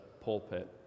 pulpit